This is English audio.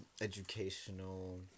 educational